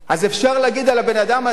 אז אפשר להגיד על הבן-אדם הזה,